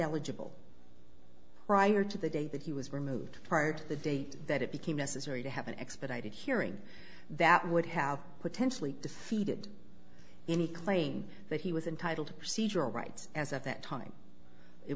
eligible prior to the day that he was removed prior to the date that it became necessary to have an expedited hearing that would have potentially defeated any claim that he was entitled to procedural rights as of that time it